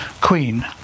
queen